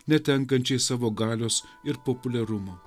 netenkančiai savo galios ir populiarumo